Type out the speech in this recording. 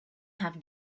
have